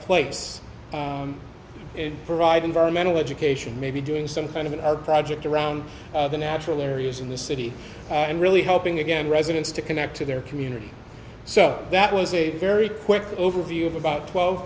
place provide environmental education maybe doing some kind of a project around the natural areas in the city and really helping again residents to connect to their community so that was a very quick overview of about twelve